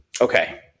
okay